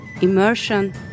immersion